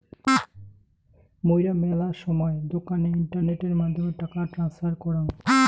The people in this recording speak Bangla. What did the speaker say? মুইরা মেলা সময় দোকানে ইন্টারনেটের মাধ্যমে টাকা ট্রান্সফার করাং